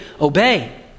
obey